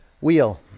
Wheel